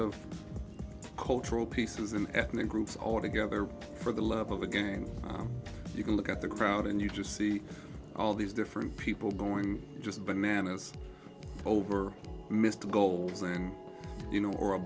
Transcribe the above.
of cultural pieces and ethnic groups all together for the love of the game you can look at the crowd and you just see all these different people going just bananas over mr goelz and you know or a